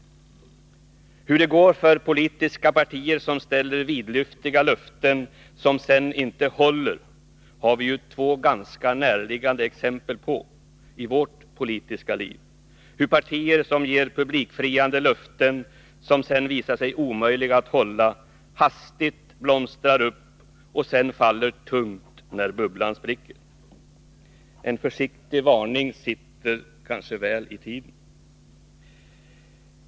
Hur det går för politiska partier som ställer vidlyftiga löften som sedan inte håller har vi ju två ganska näraliggande exempel på i vårt politiska liv, hur partier som ger publikfriande löften som sedan visar sig omöjliga att hålla hastigt blomstrar upp och sedan faller tungt när bubblan spricker. En försiktig varning sitter kanske väl i tiden.